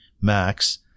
Max